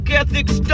ethics